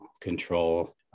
control